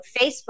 Facebook